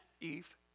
Eve